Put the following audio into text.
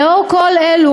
לאור כל אלו,